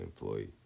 employee